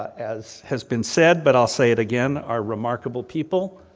as has been said but i'll say it again, are remarkable people.